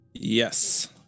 Yes